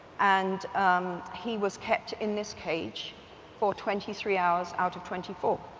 and he was kept in this cage for twenty three hours out of twenty four,